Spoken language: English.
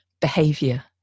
behavior